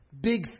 big